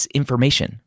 information